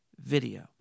video